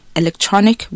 electronic